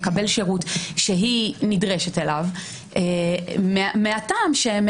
לקבל שירות שהיא נדרשת אליו מהטעם שהם